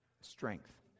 strength